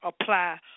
apply